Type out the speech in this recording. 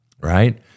right